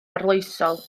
arloesol